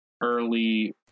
early